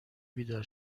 بیدار